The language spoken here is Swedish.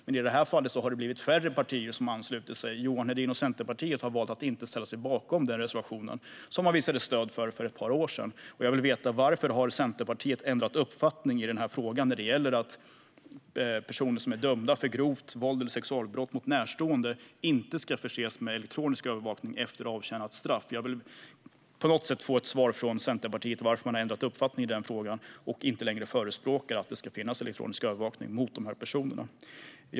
Men i detta fall har färre partier anslutit sig. Johan Hedin och Centerpartiet har valt att inte ställa sig bakom denna reservation, trots att man visade stöd för detta för ett par år sedan. Jag vill veta varför Centerpartiet har ändrat uppfattning i denna fråga när det gäller att personer som är dömda för grovt våld eller sexualbrott mot närstående inte ska förses med elektronisk övervakning efter avtjänat straff. Jag vill på något sätt få ett svar från Centerpartiet på varför man har ändrat uppfattning i denna fråga och inte längre förespråkar att det ska finnas elektronisk övervakning mot dessa personer.